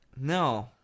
No